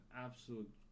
absolute